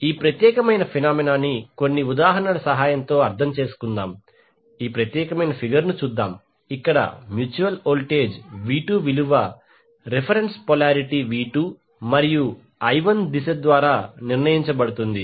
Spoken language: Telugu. ఈ ప్రత్యేకమైన ఫెనామెనా ని కొన్ని ఉదాహరణల సహాయంతో అర్థం చేసుకుందాం ఈ ప్రత్యేకమైన ఫిగర్ ను చూద్దాం ఇక్కడ మ్యూచువల్ వోల్టేజ్ v2 విలువ రెఫెరెన్స్ పొలారిటీ v2 మరియు i1 దిశ ద్వారా నిర్ణయించబడుతుంది